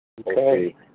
Okay